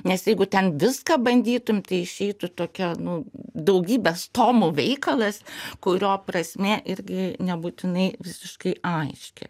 nes jeigu ten viską bandytum tai išeitų tokia nu daugybės tomų veikalas kurio prasmė irgi nebūtinai visiškai aiški